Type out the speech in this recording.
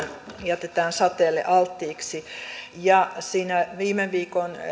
jätetään sateelle alttiiksi siinä viime viikon